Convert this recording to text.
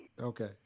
Okay